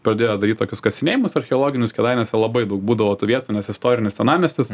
pradėjo daryt tokius kasinėjimus archeologinius kėdainiuose labai daug būdavo tų vietų nes istorinis senamiestis